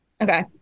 Okay